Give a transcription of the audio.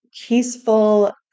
peaceful